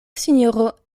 sinjoro